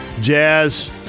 Jazz